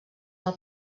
del